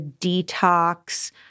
detox